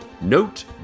note